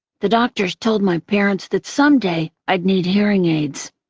the doctors told my parents that someday i'd need hearing aids.